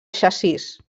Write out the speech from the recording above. xassís